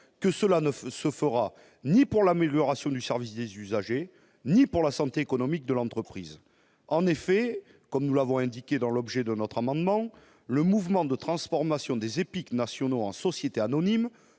que cela ne se fera pas dans le sens de l'amélioration du service des usagers ni de la santé économique de l'entreprise. En effet, comme nous l'avons indiqué dans l'objet de notre amendement, le mouvement de transformation des EPIC nationaux en sociétés anonymes